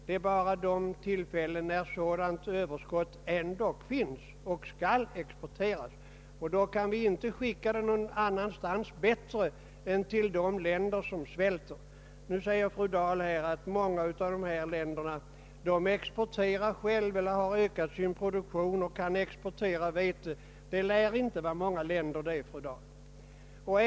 Det gäller endast de tillfällen när sådant överskott ändå finns och skall exporteras, och då kan vi inte handla bättre än att sända det till de folk som svälter. Fru Dahl säger nu att många av uländerna har ökat sin produktion och kan exportera vete. Det lär inte vara många länder som kan det, fru Dahl.